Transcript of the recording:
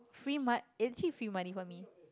free mo~ actually free money for me